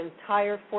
entire